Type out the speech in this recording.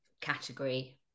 category